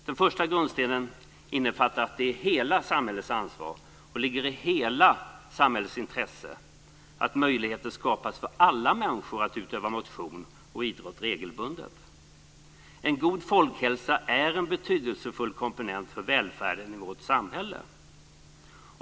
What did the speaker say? Den första grundstenen innefattar att det är hela samhällets ansvar och att det ligger i hela samhällets intresse att möjligheter skapas för alla människor att utöva motion och idrott regelbundet. En god folkhälsa är en betydelsefull komponent för välfärden i vårt samhälle.